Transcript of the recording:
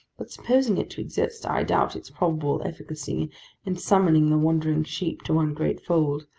but, supposing it to exist, i doubt its probable efficacy in summoning the wandering sheep to one great fold,